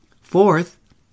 Fourth